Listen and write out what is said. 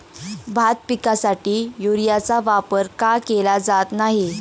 भात पिकासाठी युरियाचा वापर का केला जात नाही?